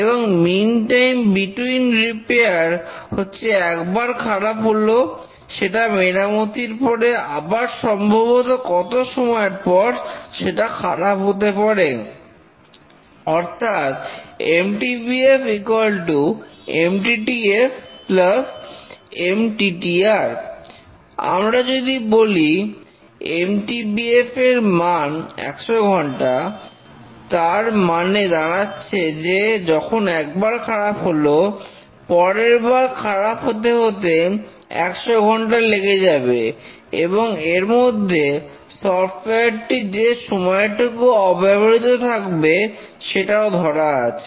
এবং mean time between repair হচ্ছে একবার খারাপ হলো সেটা মেরামতির পরে আবার সম্ভবত কত সময়ের পর সেটা খারাপ হতে পারে অর্থাৎ MTBFMTTF MTTR আমরা যদি বলি MTBF এর মান 100 ঘন্টা তারমানে দাঁড়াচ্ছে যে যখন একবার খারাপ হলো পরেরবার খারাপ হতে হতে100 ঘন্টা লেগে যাবে এবং এর মধ্যে সফটওয়্যারটি যে সময়টুকু অব্যবহৃত থাকবে সেটাও ধরা আছে